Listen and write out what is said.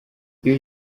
iyo